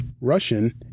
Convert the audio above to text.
Russian